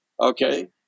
Okay